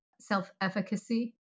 self-efficacy